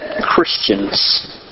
Christians